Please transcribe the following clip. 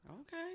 Okay